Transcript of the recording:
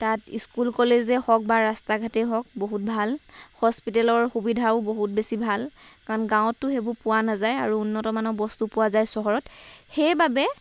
তাত স্কুল কলেজেই হওক বা ৰাস্তা ঘাটেই হওক বহুত ভাল হস্পিতেলৰ সুবিধাও বহুত বেছি ভাল কাৰণ গাঁৱততো সেইবোৰ পোৱা নাযায় আৰু উন্নতমানৰ বস্তু পোৱা যায় চহৰত সেইবাবে